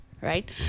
right